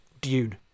Dune